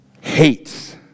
hates